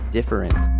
Different